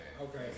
Okay